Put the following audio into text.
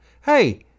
Hey